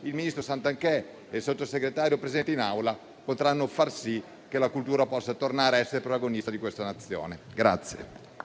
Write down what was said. Garnero Santanché e il Sottosegretario presente in Aula potranno far sì che la cultura possa tornare a essere protagonista di questa Nazione.